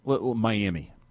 Miami